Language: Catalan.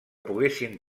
poguessin